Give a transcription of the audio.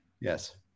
yes